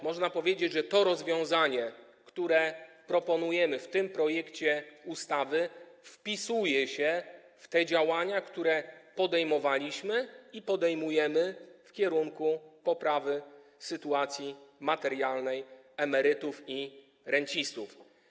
Można powiedzieć, że to rozwiązanie, które proponujemy w tym projekcie ustawy, wpisuje się w te działania, które podejmowaliśmy i podejmujemy w kierunku poprawy sytuacji materialnej emerytów i rencistów.